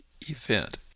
event